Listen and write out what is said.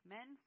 Men